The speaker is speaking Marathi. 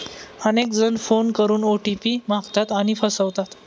अनेक जण फोन करून ओ.टी.पी मागतात आणि फसवतात